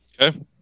Okay